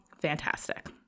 fantastic